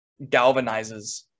galvanizes